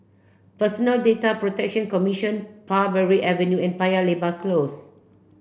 Personal Data Protection Commission Parbury Avenue and Paya Lebar Close